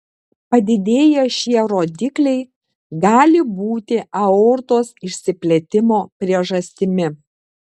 padidėję šie rodikliai gali būti aortos išsiplėtimo priežastimi